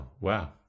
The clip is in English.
wow